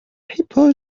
paper